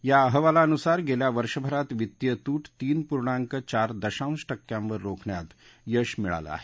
या अहवालानुसार गेल्यावर्षभरात वित्तीय तूट तीन पूर्णांक चार दशांश टक्क्यांवर रोखण्यात यश मिळालं आहे